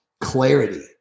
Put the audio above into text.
clarity